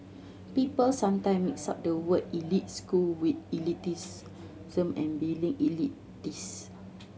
people sometime mix up the word elite school with some and being elitist